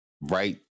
right